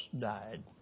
died